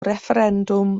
refferendwm